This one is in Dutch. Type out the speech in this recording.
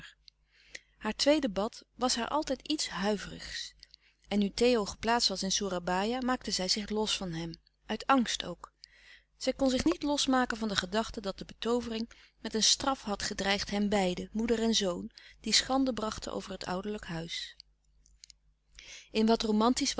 haar tweede bad was haar altijd iets huiverigs en nu theo geplaatst was in soerabaia maakte zij zich los van hem uit louis couperus de stille kracht angst ook zij kon zich niet los maken van de gedachte dat de betoovering met een straf had gedreigd henbeiden moeder en zoon die schande brachten over het ouderlijk huis in wat romantisch